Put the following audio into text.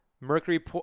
mercury